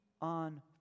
on